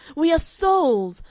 we are souls.